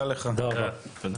הישיבה ננעלה בשעה